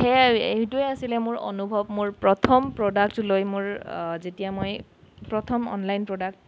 সেয়াই এইটোৱেই আছিলে মোৰ অনুভৱ মোৰ প্ৰথম প্ৰডাক্টটো লৈ মোৰ যেতিয়া মই প্ৰথম অনলাইন প্ৰডাক্ট